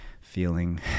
feeling